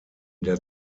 der